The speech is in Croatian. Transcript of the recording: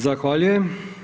Zahvaljujem.